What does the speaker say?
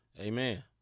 Amen